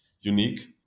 unique